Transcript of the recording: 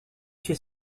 chez